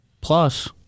plus